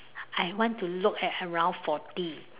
I want to look at around forty